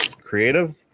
creative